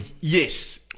yes